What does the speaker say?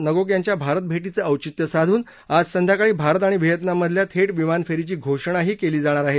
Ngoc यांच्या भारतभेटीचं औचित्य साधून आज संध्याकाळी भारत आणि व्हिएतनामधल्या थेट विमान फेरीचीघोषणाही केली जाणार आहे